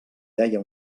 deia